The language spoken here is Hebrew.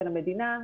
של המדינה,